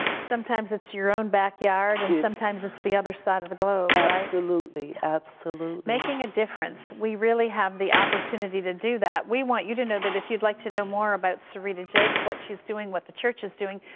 sometimes it's your own backyard, and sometimes it's the other side of the globe, right? absolutely. absolutely. making a difference, we really have the opportunity to do that. we want you to know that if you'd like to know more about serita jakes, what she's doing, what the church is doing,